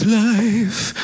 life